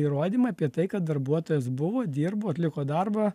įrodymai apie tai kad darbuotojas buvo dirbo atliko darbą